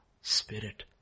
spirit